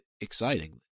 exciting